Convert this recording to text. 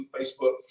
Facebook